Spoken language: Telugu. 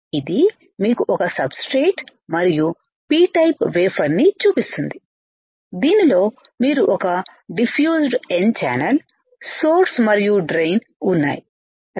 ఇది మీకు ఒక సబ్ స్ట్రేట్ మరియు P టైపు వేఫర్ ని చూపిస్తుంది దీనిలో మీరు ఒక డిఫ్యూజ్డ్ n ఛానల్సోర్సు మరియు డ్రెయిన్ ఉన్నాయి సరే